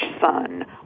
son